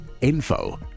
info